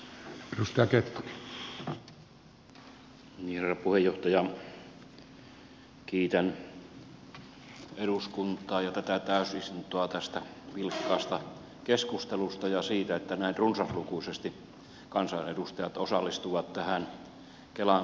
kiitän eduskuntaa ja tätä täysistuntoa tästä vilkkaasta keskustelusta ja siitä että näin runsaslukuisesti kansanedustajat osallistuvat tähän kelan toimintakertomuksen palautekeskusteluun